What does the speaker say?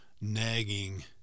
nagging